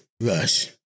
Rush